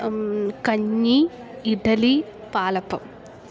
കഞ്ഞി ഇഡലി പാലപ്പം